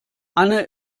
anne